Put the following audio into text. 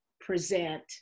present